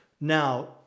Now